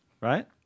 Right